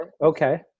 Okay